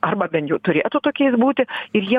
arba bent jau turėtų tokiais būti ir jie